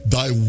Thy